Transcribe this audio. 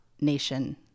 nation